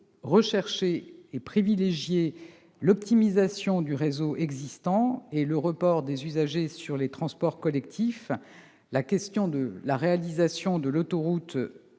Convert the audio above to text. rechercher et privilégier l'optimisation du réseau existant et le report des usagers sur les transports collectifs, la réalisation du prolongement de l'autoroute